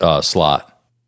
slot